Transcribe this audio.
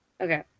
Okay